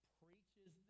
preaches